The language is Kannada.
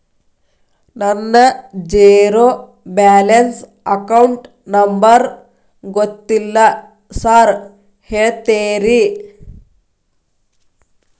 ನನ್ನ ಜೇರೋ ಬ್ಯಾಲೆನ್ಸ್ ಅಕೌಂಟ್ ನಂಬರ್ ಗೊತ್ತಿಲ್ಲ ಸಾರ್ ಹೇಳ್ತೇರಿ?